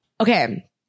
Okay